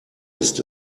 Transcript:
ist